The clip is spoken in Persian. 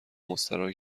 مستراحی